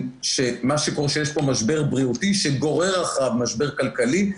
מה שקורה הוא שיש פה משבר בריאותי שגורר אחריו משבר כלכלי.